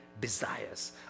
desires